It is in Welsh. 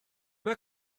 mae